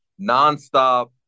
nonstop